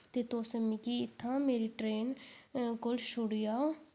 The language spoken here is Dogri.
ते तुस मिगी इत्थां मेरी ट्रेन कोल छुड़ी आओ